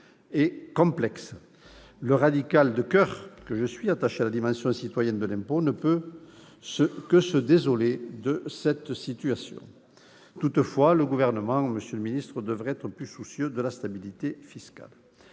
et complexe. Le radical de coeur que je suis, attaché à la dimension citoyenne de l'impôt, ne peut que se désoler de cette situation. Toutefois, le Gouvernement devrait être plus soucieux de stabilité fiscale.